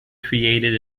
created